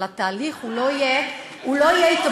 אבל התהליך לא יהיה התאבדות.